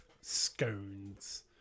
scones